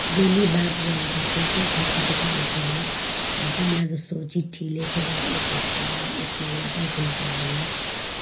daily बात गर्न सक्छौँ के छ कसो छ हाल खबर पहिला जस्तो चिठी लेखेर एक हप्ता एक महिना पर्खिनु पर्दैन